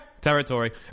territory